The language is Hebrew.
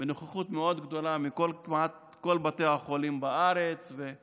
בנוכחות מאוד גדולה כמעט מכל בתי החולים בארץ, ועם